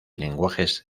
lenguajes